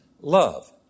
love